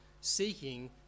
seeking